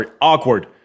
awkward